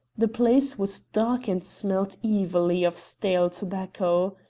the place was dark and smelled evilly of stale tobacco.